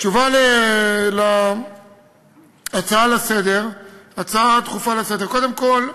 תשובה על ההצעה הדחופה לסדר-היום, קודם כול,